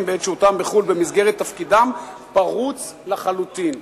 בעת שהותם בחו"ל במסגרת תפקידם פרוץ לחלוטין,